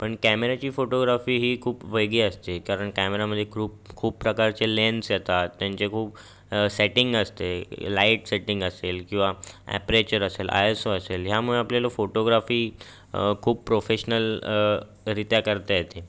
पण कॅमेऱ्याची फोटोग्राफी ही खूप वेगळी असते कारण कॅमेऱ्यामध्ये खूप खूप प्रकारचे लेन्स येतात त्यांची खूप सेटिंग असते लाईट सेटिंग असेल किवा अॅप्रेचर असेल आय एस ओ असेल ह्यामुळे आपल्याला फोटोग्राफी खूप प्रोफेशनल रीत्या करता येते